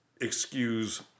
excuse